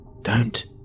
Don't